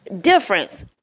difference